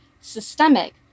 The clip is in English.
systemic